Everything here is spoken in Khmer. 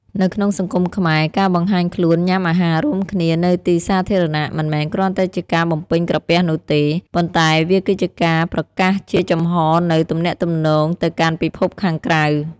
នៅក្នុងសង្គមខ្មែរ ការបង្ហាញខ្លួនញ៉ាំអាហាររួមគ្នានៅទីសាធារណៈ មិនមែនគ្រាន់តែជាការបំពេញក្រពះនោះទេ ប៉ុន្តែវាគឺជាការប្រកាសជាចំហនូវ «ទំនាក់ទំនង» ទៅកាន់ពិភពខាងក្រៅ។